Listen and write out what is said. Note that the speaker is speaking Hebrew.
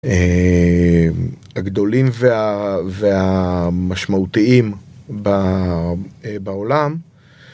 הגדולים והמשמעותיים בעולם.